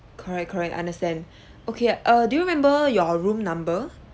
correct correct understand okay err do you remember your room number